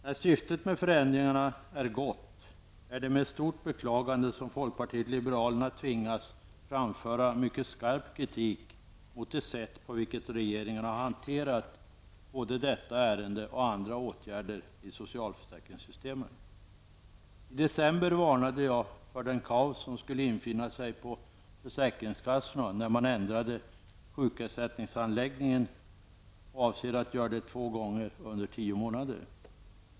När nu syftet med förändringarna är gott, är det med stort beklagande som folkpartiet liberalerna tvingas framföra skarp kritik mot det sätt på vilket regeringen har hanterat både detta ärende och andra åtgärder i socialförsäkringssystemen. I december varnade jag för det kaos som skulle infinna sig på försäkringskassorna när man ändrade sjukersättningshandläggningen två gånger under tio månader.